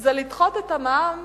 זה לדחות את המע"מ